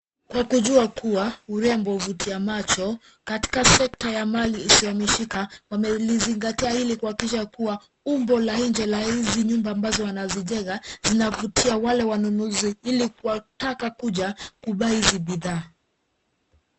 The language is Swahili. Kwa kujua kuwa urembo huvutia macho katika sekta ya mali isiyomishika wamelizingatia hili kuhakikisha kuwa umbo la nje la hizi nyumba ambazo wanazijenga zinavutia wale wanunuzi ili wakitaka kuja kubai hizi bidhaa